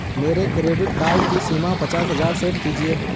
मेरे credit card की सीमा पचास हजार सेट कीजिए